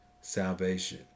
salvation